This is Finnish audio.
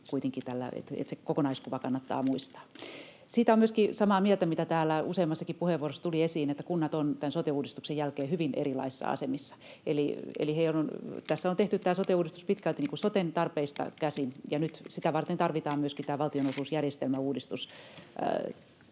— se kokonaiskuva kannattaa muistaa. Myöskin siitä olen samaa mieltä, mitä täällä useammassakin puheenvuorossa tuli esiin, että kunnat ovat tämän sote-uudistuksen jälkeen hyvin erilaisissa asemissa. Eli tässä on tehty tämä sote-uudistus pitkälti soten tarpeista käsin, ja nyt sitä varten tarvitaan myöskin tämä valtionosuusjärjestelmäuudistus